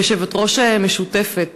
כיושבת-ראש משותפת,